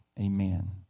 amen